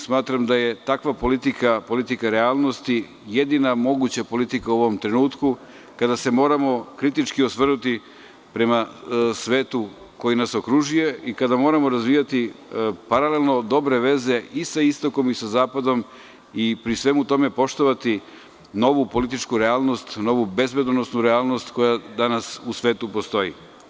Smatram da je takva politika, politika realnosti jedina moguća u ovom trenutku kada se moramo kritički osvrnuti prema svetu koji nas okružuje i kada moramo razvijati paralelno dobre veze i sa istokom i sa zapadom i pri svemu tome poštovati novu političku realnost, novu bezbednosnu realnost koja danas u svetu postoji.